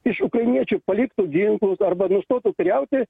iš ukrainiečių paliktų ginklus arba nustotų kariauti